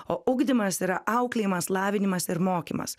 o ugdymas yra auklėjimas lavinimas ir mokymas